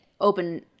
open